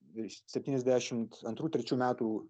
virš septyniasdešimt antrų trečių metų